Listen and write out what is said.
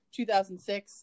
2006